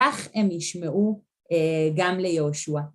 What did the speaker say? אך הם ישמעו גם ליהושע.